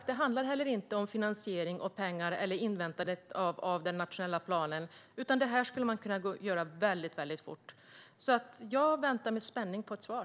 Det handlar inte heller om finansiering med pengar eller inväntandet av den nationella planen. Det här skulle man kunna göra väldigt fort. Jag väntar med spänning på ett svar.